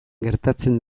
gertatzen